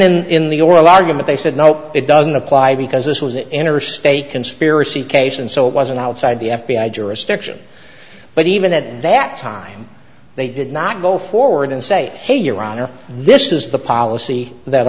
in in the oral argument they said no it doesn't apply because this was an interstate conspiracy case and so it wasn't outside the f b i jurisdiction but even at that time they did not go forward and say hey your honor this is the policy that